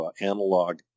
analog